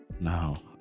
Now